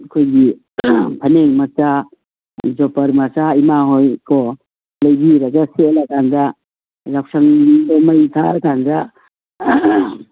ꯑꯩꯈꯣꯏꯒꯤ ꯐꯅꯦꯛ ꯃꯆꯥ ꯖꯣꯄꯔ ꯃꯆꯥ ꯏꯃꯥ ꯍꯣꯏꯀꯣ ꯂꯩꯕꯤꯔꯒ ꯁꯦꯠꯂꯀꯥꯟꯗ ꯌꯥꯎꯁꯪꯗꯣ ꯃꯩ ꯊꯥꯔꯀꯥꯟꯗ